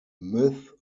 myth